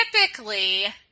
typically